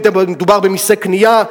בין שמדובר במסי קנייה,